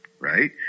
right